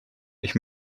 ich